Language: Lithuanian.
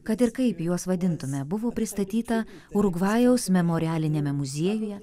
kad ir kaip juos vadintume buvo pristatyta urugvajaus memorialiniame muziejuje